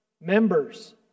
Members